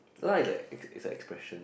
lah is like its its like a expression